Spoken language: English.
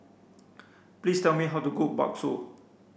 please tell me how to cook Bakso